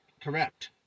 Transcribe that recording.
correct